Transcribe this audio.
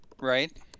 Right